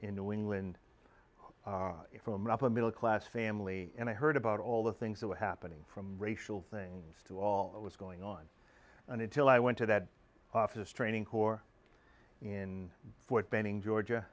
in new england from an upper middle class family and i heard about all the things that were happening from racial things to all that was going on and until i went to that office training corps in fort benning georgia